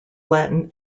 latin